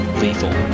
lethal